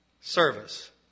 service